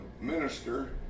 minister